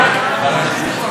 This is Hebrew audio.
כפי שאתם זוכרים,